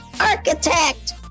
architect